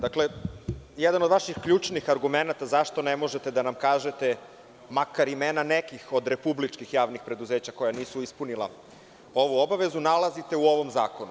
Dakle, jedan od vaših ključnih argumenata zašto ne možete da nam kažete makar imena nekih od republičkih javnih preduzeća koja nisu ispunila ovu obavezu nalazite u ovom zakonu.